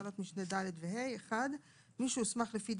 סעיף 21ד. (1)להעביר מרשם לאדם עם מוגבלות,